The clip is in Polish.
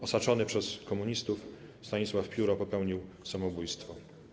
Osaczony przez komunistów Stanisław Pióro popełnił samobójstwo.